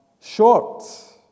short